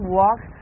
walk